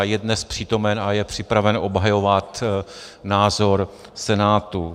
Je dnes přítomen a je připraven obhajovat názor Senátu.